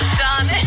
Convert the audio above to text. done